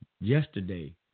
yesterday